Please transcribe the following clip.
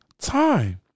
time